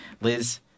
Liz